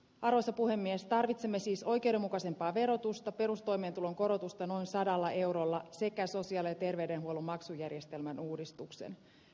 arvoisa puhemies tarvitsemme siis oikeudenmukaisempaa verotusta perustoimeentulon korotusta noin sadalla eurolla sekä sosiaali ja terveydenhuollon maksujärjestelmän uudistuksen